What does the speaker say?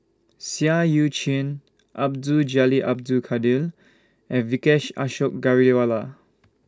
Seah EU Chin Abdul Jalil Abdul Kadir and Vijesh Ashok Ghariwala